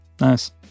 nice